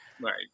Right